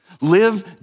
Live